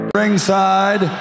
ringside